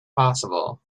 possible